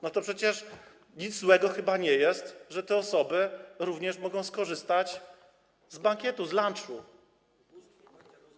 No to przecież nic złego chyba nie jest, że te osoby również mogą skorzystać z bankietu, z lunchu.